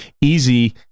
easy